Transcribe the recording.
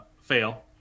fail